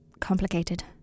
complicated